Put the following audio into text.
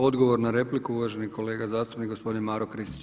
Odgovor na repliku uvaženi kolega zastupnik gospodin Maro Kristić.